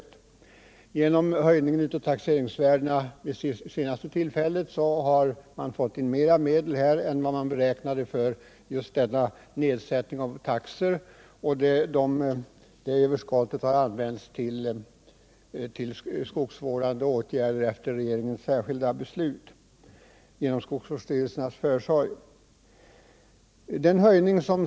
Efter den senaste höjningen av taxeringsvärdena har man fått in mer medel än man beräknade för nedsättning av taxorna, och det överskottet har efter regeringens särskilda beslut använts till skogsvårdande åtgärder genom skogsvårdsstyrelsernas försorg.